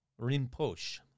Rinpoche